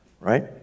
Right